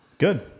Good